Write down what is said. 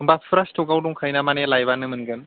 होनबा फुरा स्ट'कआव दंखायोना माने लायबानो मोनगोन